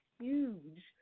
huge